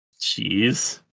jeez